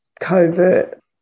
covert